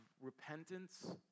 repentance